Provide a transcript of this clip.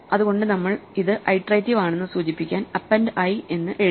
അതുകൊണ്ട് നമ്മൾ ഇത് ഐട്രേറ്റിവ് ആണെന്ന് സൂചിപ്പിക്കാൻ appendi എന്ന് എഴുതി